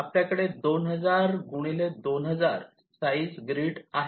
आपल्याकडे 2000 2000 size grid आहे